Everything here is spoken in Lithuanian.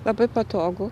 labai patogu